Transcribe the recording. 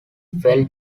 fell